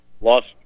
lost